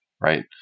right